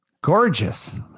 Gorgeous